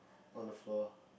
on the floor